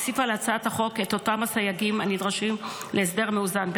הוסיפה להצעת החוק את אותם הסייגים הנדרשים להסדר מאוזן,